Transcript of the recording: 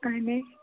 اَہَن حظ